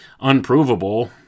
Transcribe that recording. unprovable